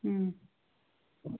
हूं